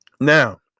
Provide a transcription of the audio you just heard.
Now